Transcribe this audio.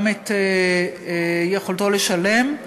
גם את יכולתו לשלם,